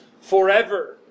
forever